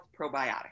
Probiotic